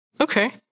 Okay